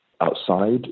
outside